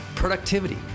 productivity